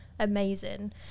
Amazing